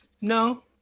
No